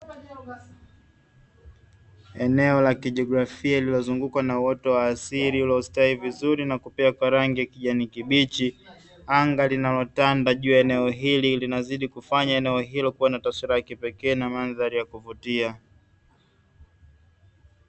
Eneo la kijioglafia lililo zungukwa na uoto wa asili ulio stawi vizuri na kupea rangi jikani kibichi. Anga linalo tanda juu ya eneo hili linazidi kufanya eneo hilo liwe na taswira ya kipekee na mandhari ya kuvutia.